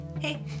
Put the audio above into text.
Hey